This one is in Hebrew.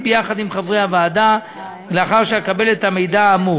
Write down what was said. ביחד עם חברי הוועדה לאחר שאקבל את המידע האמור.